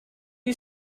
you